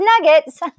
nuggets